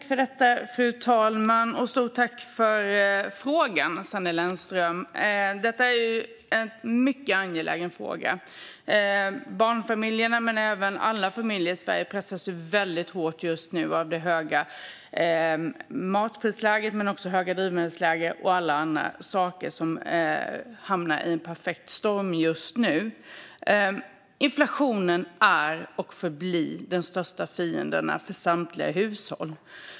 Fru talman! Stort tack för frågan, Sanne Lennström! Det är en mycket angelägen fråga. Barnfamiljerna och de andra familjerna i Sverige pressas just nu väldigt hårt av det höga matprisläget, det höga drivmedelsprisläget och alla andra saker som hamnar i en perfekt storm. Inflationen är och förblir den största fienden för samtliga hushåll.